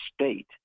state